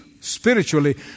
spiritually